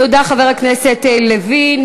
תודה, חבר הכנסת לוין.